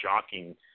shocking